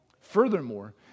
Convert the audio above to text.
Furthermore